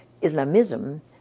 Islamism